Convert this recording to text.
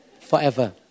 Forever